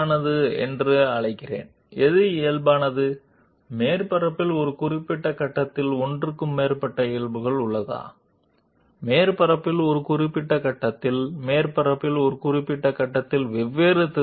ఇక్కడ smooth surface ఉందని అనుకుందాం మరియు వివిధ పాయింట్ల వద్ద మేము సాధారణమైనదాన్ని కనుగొనడానికి ఆసక్తి కలిగి ఉన్నాము కాబట్టి మేము ఆ సర్ఫేస్ నుండి వివిధ పాయింట్ల వద్ద ఉద్భవించే కొన్ని స్ట్రెయిట్ లైన్స్ ని గీసాము మరియు మేము వాటిని నార్మల్ అని పిలుస్తున్నాము నార్మల్ అంటే ఏమిటి